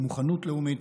למוכנות לאומית,